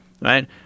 right